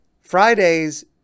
Friday's